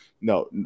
no